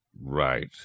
Right